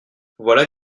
voilà